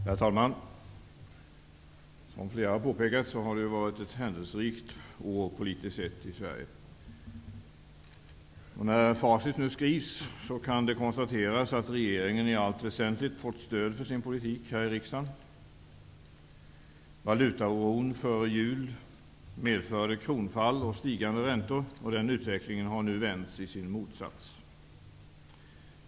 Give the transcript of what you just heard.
Herr talman! Som flera har påpekat, har det varit ett händelserikt år politiskt sett i Sverige. När facit nu skrivs kan det konstateras att regeringen i allt väsentligt har fått stöd för sin politik här i riksdagen. Valutaoron före jul medförde kronfall och stigande räntor. Denna utveckling har nu vänts i sin motsats.